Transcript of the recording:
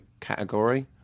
category